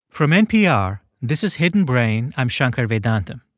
from npr, this is hidden brain. i'm shankar vedantam.